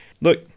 look